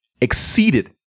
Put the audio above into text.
exceeded